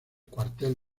cuartel